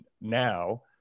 now